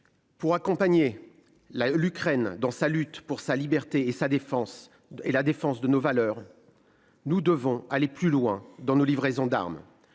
Pour accompagner la l'Ukraine dans sa lutte pour sa liberté et sa défense et la défense de nos valeurs. Nous devons aller plus loin dans nos livraisons d'armes.